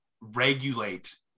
regulate